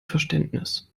verständnis